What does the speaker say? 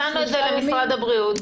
הצענו את זה למשרד הבריאות.